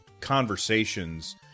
conversations